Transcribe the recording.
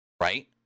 Right